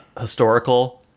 historical